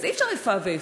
אז אי-אפשר איפה ואיפה.